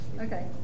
Okay